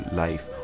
life